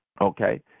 okay